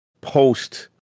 post